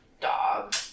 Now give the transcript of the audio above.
dog